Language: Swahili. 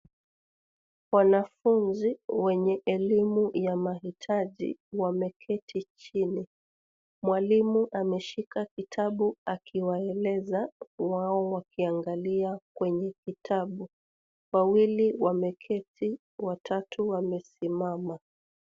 Wanafunzi wenye elimu ya mahitaji wameketi chini. Mwalimu ameshika kitabu akiwaeleza wao wakiangalia kwenye kitabu wawili wameketi watatu wamesimama.